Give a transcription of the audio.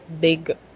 big